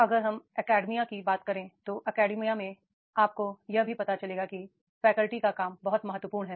अगर हम एकेडेमिया की बात करें तो एकेडेमिया में आपको यह भी पता चलेगा कि फैकल्टीका काम बहुत महत्वपूर्ण है